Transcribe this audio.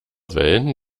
wellen